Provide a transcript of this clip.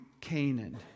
Canaan